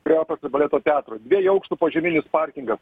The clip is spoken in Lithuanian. prie baleto teatro dviejų aukštų požeminis parkingas